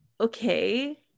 okay